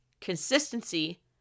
Consistency